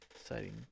Exciting